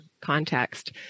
context